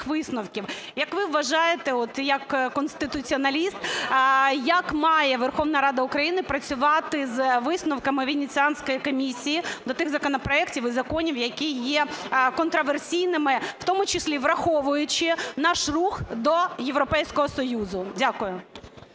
висновків, як ви вважаєте як конституціоналіст, як має Верховна Рада України працювати з висновками Венеціанської комісії до тих законопроектів і законів, які є контраверсійними, в тому числі враховуючи наш рух до Європейського Союзу? Дякую.